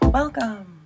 welcome